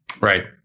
Right